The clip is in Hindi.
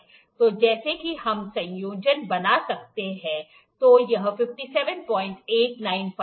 तो जैसा कि हम संयोजन बना सकते हैं तो यह 57895 है